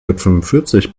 fünfundvierzig